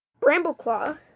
Brambleclaw